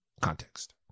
context